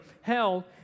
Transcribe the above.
hell